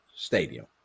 Stadium